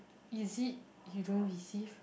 is it you don't receive